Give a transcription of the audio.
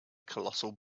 colossal